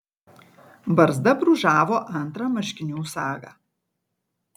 barzda brūžavo antrą marškinių sagą